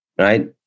Right